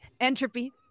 Entropy